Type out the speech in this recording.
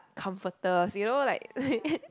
comforters you know like like